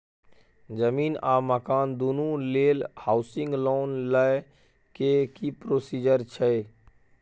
जमीन आ मकान दुनू लेल हॉउसिंग लोन लै के की प्रोसीजर छै?